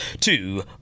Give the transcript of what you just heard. two